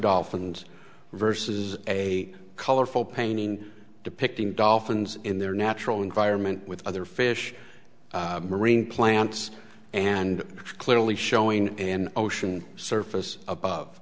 dolphins versus a colorful painting depicting dolphins in their natural environment with other fish marine plants and clearly showing an ocean surface above